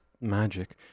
Magic